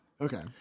Okay